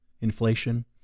inflation